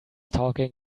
talking